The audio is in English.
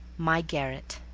my garret